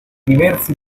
diversi